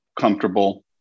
comfortable